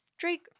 Drake